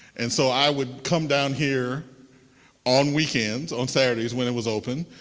and so i would come down here on weekends, on saturdays when it was open,